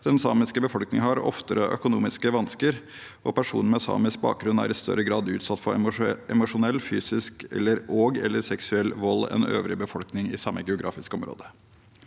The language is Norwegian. Den samiske befolkningen har oftere økonomiske vansker, og personer med samisk bakgrunn er i større grad utsatt for emosjonell, fysisk og/eller seksuell vold enn øvrig befolkning i samme geografiske område.